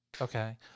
Okay